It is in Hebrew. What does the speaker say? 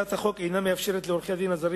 הצעת החוק אינה מאפשרת לעורכי-הדין הזרים